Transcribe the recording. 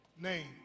name